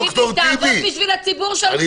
תעבוד בשביל הציבור שלך.